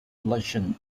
lessons